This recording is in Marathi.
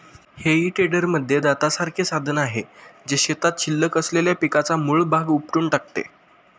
हेई टेडरमध्ये दातासारखे साधन आहे, जे शेतात शिल्लक असलेल्या पिकाचा मूळ भाग उपटून टाकते